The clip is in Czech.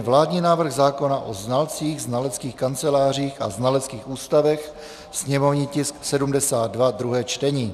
Vládní návrh zákona o znalcích, znaleckých kancelářích a znaleckých ústavech /sněmovní tisk 72/ druhé čtení